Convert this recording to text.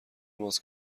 ماست